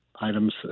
items